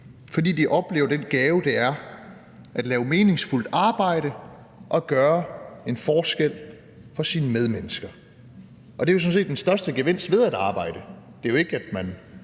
fordi de oplever den gave, det er, at lave meningsfuldt arbejde og gøre en forskel for sine medmennesker. Og det er jo sådan set den største gevinst ved at arbejde. Det er jo ikke, at man